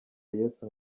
yesu